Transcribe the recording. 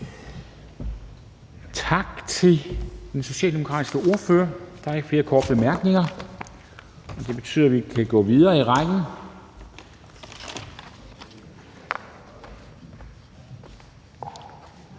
Tak til den socialdemokratiske ordfører. Der er ikke flere korte bemærkninger. Så det betyder, at vi kan gå videre i rækken.